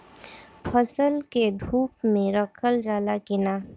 फसल के धुप मे रखल जाला कि न?